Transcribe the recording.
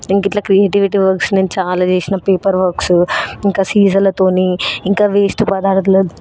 ఇంకా ఇట్ల creativity works నేను చాలా చేసిన పేపర్ వర్క్స్ ఇంకా సీసాలతో ఇంకా వేస్ట్ పదర్ధాలు